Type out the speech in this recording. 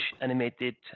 animated